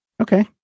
Okay